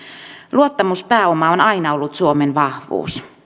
luottamuspääoma on aina ollut suomen vahvuus